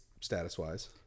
status-wise